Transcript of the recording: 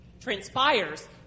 transpires